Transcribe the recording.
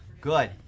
Good